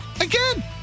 again